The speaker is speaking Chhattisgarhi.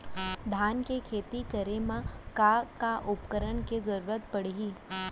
धान के खेती करे मा का का उपकरण के जरूरत पड़हि?